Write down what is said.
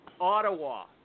Ottawa